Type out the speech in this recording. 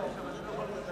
5 נתקבלו.